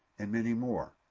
and many more.